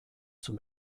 zum